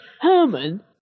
Herman